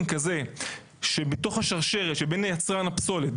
כזה שבתוך השרשרת שבין יצרן הפסולת,